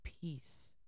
peace